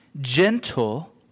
gentle